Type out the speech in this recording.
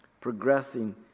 progressing